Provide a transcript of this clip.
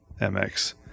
M-X